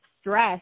stress